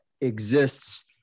exists